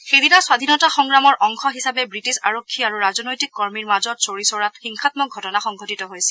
সেইদিনা স্বধীনতা সংগ্ৰামৰ অংশ হিচাপে ৱিটিছ আৰক্ষী আৰু ৰাজনৈতিক কৰ্মীৰ মাজত চৌৰি চৌৰাত হিংসামক ঘটনা সংঘটিত হৈছিল